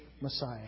Messiah